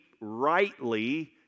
rightly